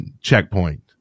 checkpoint